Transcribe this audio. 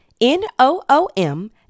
N-O-O-M